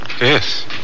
Yes